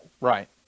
Right